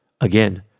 again